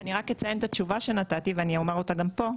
אני רק אציין את התשובה שנתתי ואני אומר אותה גם פה,